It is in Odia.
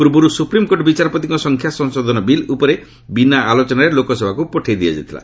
ପୂର୍ବରୁ ସୁପ୍ରିମ୍କୋର୍ଟ ବିଚାରପତି ସଂଖ୍ୟା ସଂଶୋଧନ ବିଲ୍ ଉପରେ ବିନା ଆଲୋଚନାରେ ଲୋକସଭାକୁ ପଠାଇ ଦିଆଯାଇଥିଲା